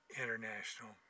International